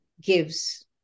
gives